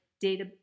data